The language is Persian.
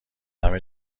همه